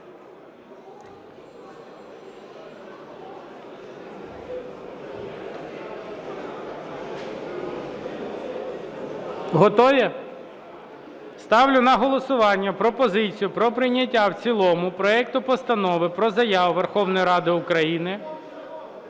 Готові? Ставлю на голосування пропозицію про прийняття в цілому проекту Постанови про Заяву Верховної Ради України